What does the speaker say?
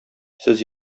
сез